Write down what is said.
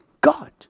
God